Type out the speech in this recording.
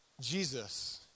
Jesus